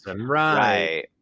Right